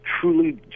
truly